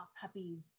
puppies